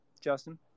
justin